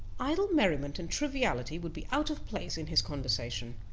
idle merriment and triviality would be out of place in his conversation.